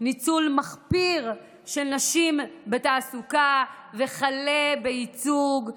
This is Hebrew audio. ניצול מחפיר של נשים בתעסוקה וכלה בייצוג,